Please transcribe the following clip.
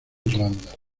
irlanda